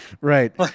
Right